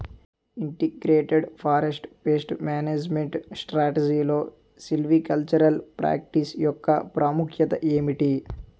Integrated forest pest management స్ట్రాటజీలో silvicultural practice యెక్క ప్రాముఖ్యత ఏమిటి??